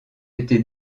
été